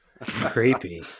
Creepy